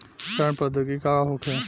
सड़न प्रधौगिकी का होखे?